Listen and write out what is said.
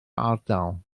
ardal